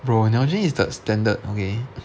bro nalgene is the standard okay